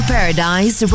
Paradise